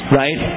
right